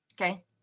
Okay